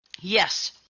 Yes